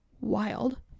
wild